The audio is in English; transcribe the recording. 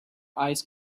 eyes